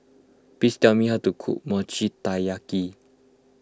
please tell me how to cook Mochi Taiyaki